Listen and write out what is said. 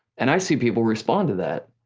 and i see people respond to that.